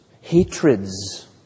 hatreds